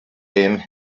him